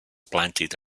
planted